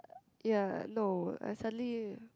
ya no I suddenly